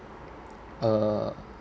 uh